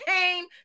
came